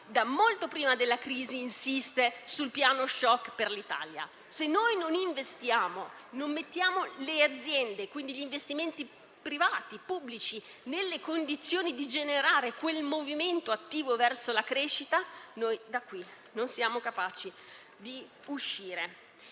da molto prima della crisi, insiste sul piano *shock* per l'Italia. Se non investiamo e non mettiamo le aziende, quindi gli investimenti privati e pubblici, nelle condizioni di generare un movimento attivo verso la crescita, non saremo capaci di uscire